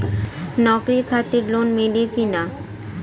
नौकरी खातिर लोन मिली की ना?